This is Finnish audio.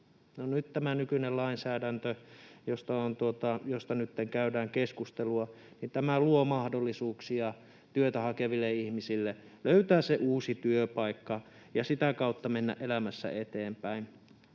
nyt tämä uusi lainsäädäntö, josta nytten käydään keskustelua, luo mahdollisuuksia työtä hakeville ihmisille löytää se uusi työpaikka ja sitä kautta mennä elämässä eteenpäin.